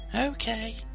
Okay